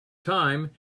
time